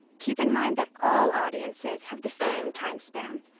keep in mind that all audiences have the same timespan.